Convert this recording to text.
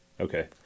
Okay